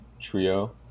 trio